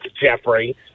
Jeffrey